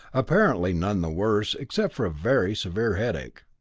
apparently none the worse except for a very severe headache.